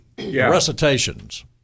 recitations